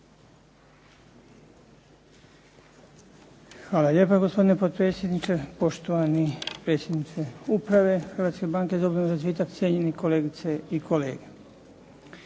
Hvala lijepa, gospodine potpredsjedniče. Poštovani predsjedniče Uprave Hrvatske banke za obnovu i razvitak, cijenjeni kolegice i kolege.